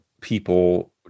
people